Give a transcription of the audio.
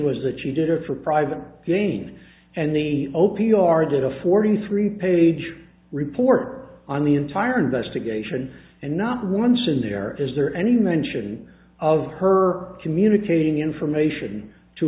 was that she did it for private gain and the opi are that a forty three page report on the entire investigation and not once in there is there any mention of her communicating information to